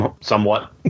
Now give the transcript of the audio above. Somewhat